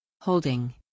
Holding